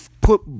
put